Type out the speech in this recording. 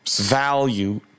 value